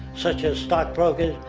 such as stockbrokers,